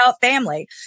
family